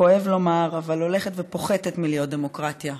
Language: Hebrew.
כואב לומר, הולכת ופוחתת הדמוקרטיה.